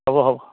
হ'ব হ'ব